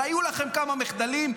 אבל היו לכם כמה מחדלים,